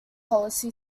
policy